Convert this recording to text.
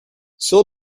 still